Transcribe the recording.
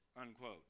unquote